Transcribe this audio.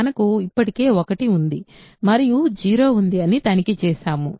మనము ఇప్పటికే 1 ఉంది మరియు 0 ఉంది అని తనిఖీ చేసాము